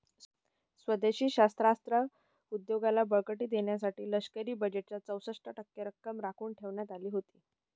स्वदेशी शस्त्रास्त्र उद्योगाला बळकटी देण्यासाठी लष्करी बजेटच्या चौसष्ट टक्के रक्कम राखून ठेवण्यात आली होती